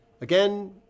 again